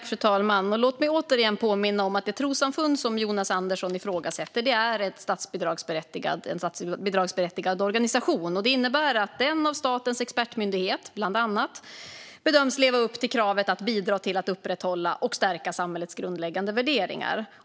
Fru talman! Låt mig återigen påminna om att det trossamfund som Jonas Andersson ifrågasätter är en statsbidragsberättigad organisation. Det innebär att den av statens expertmyndighet bland annat bedöms leva upp till kravet att bidra till att upprätthålla och stärka samhällets grundläggande värderingar.